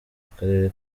akarere